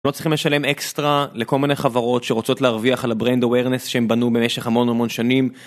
לא צריכים לשלם אקסטרה לכל מיני חברות שרוצות להרוויח על הברנד אווירנס שהם בנו במשך המון המון שנים.